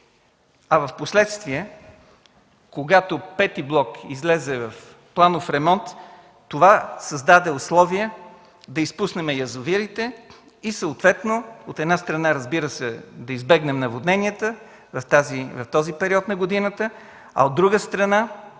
а впоследствие, когато V блок излезе в планов ремонт, това създаде условия да изпуснем язовирите и съответно, от една страна, да избегнем наводненията в този период на годината, а от друга страна,